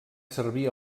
servir